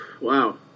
wow